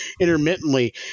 intermittently